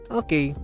okay